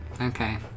Okay